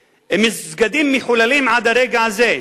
המסגדים מחוללים עד הרגע הזה,